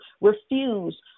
refuse